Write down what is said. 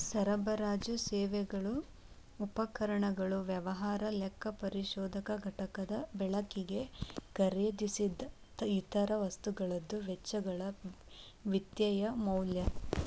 ಸರಬರಾಜು ಸೇವೆಗಳು ಉಪಕರಣಗಳು ವ್ಯಾಪಾರ ಲೆಕ್ಕಪರಿಶೋಧಕ ಘಟಕದ ಬಳಕಿಗೆ ಖರೇದಿಸಿದ್ ಇತರ ವಸ್ತುಗಳದ್ದು ವೆಚ್ಚಗಳ ವಿತ್ತೇಯ ಮೌಲ್ಯ